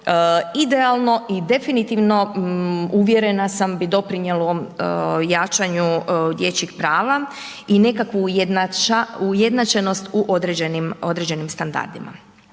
idealno i definitivno uvjerena sam bi doprinijelo jačanju dječjih prava i nekakvu ujednačenost u određenim standardima.